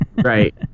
Right